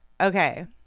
okay